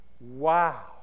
Wow